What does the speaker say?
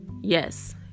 Yes